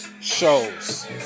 shows